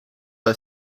are